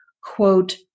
quote